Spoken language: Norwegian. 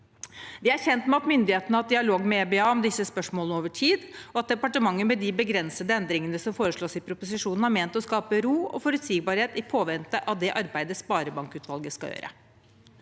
Vi er kjent med at myndighetene har hatt dialog med EBA om disse spørsmålene over tid, og at departementet med de begrensede endringene som foreslås i proposisjonen, har ment å skape ro og forutsigbarhet i påvente av det arbeidet sparebankutvalget skal gjøre.